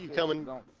kill them and